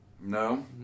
No